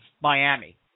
Miami